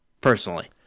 personally